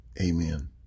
Amen